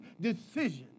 decision